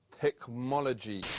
technology